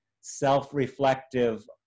self-reflective